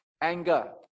anger